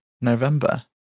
November